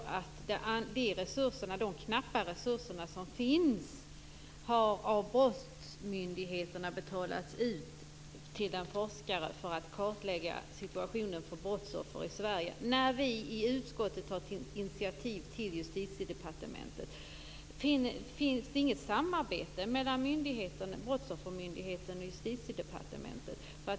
Varför har de knappa resurser som finns av Brottsoffermyndigheten betalats ut till en forskare för att kartlägga situationen för brottsoffer i Sverige, när vi i utskottet har tagit initiativ till Justitiedepartementet? Finns det inget samarbete mellan Brottsoffermyndigheten och Justitiedepartementet?